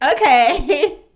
okay